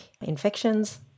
infections